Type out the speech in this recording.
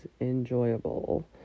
enjoyable